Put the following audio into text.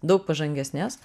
daug pažangesnės